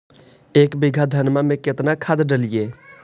एक बीघा धन्मा में केतना खाद डालिए?